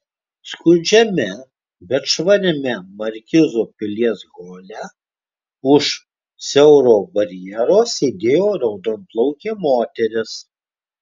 skurdžiame bet švariame markizo pilies hole už siauro barjero sėdėjo raudonplaukė moteris